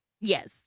yes